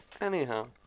Anyhow